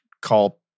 call